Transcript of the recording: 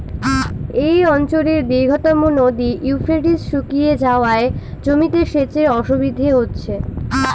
এই অঞ্চলের দীর্ঘতম নদী ইউফ্রেটিস শুকিয়ে যাওয়ায় জমিতে সেচের অসুবিধে হচ্ছে